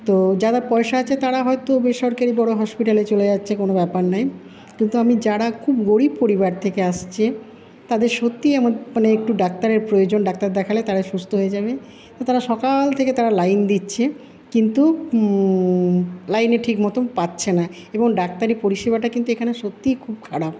তো যারা পয়সা আছে তারা হয়তো বেসরকারি বড়ো হসপিটালে চলে যাচ্ছে কোনও ব্যাপার নয় কিন্তু আমি যারা খুব গরিব পরিবার থেকে আসছে তাদের সত্যিই এমন মানে একটু ডাক্তারের প্রয়োজন ডাক্তার দেখালে তারা সুস্থ হয়ে যাবেন তো তারা সকাল থেকে তারা লাইন দিচ্ছেন কিন্তু লাইনে ঠিক মতো পাচ্ছে না এবং ডাক্তারি পরিষেবাটা কিন্তু এখানে সত্যিই খুব খারাপ